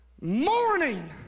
morning